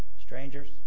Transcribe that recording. Strangers